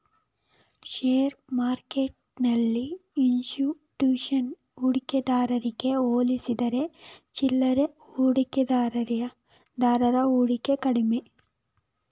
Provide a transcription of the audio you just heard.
share ಮಾರ್ಕೆಟ್ಟೆಲ್ಲಿ institution ಹೂಡಿಕೆದಾರಗೆ ಹೋಲಿಸಿದರೆ ಚಿಲ್ಲರೆ ಹೂಡಿಕೆದಾರರ ಹೂಡಿಕೆ ಕಡಿಮೆ